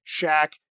Shaq